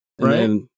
right